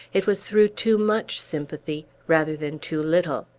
it was through too much sympathy, rather than too little.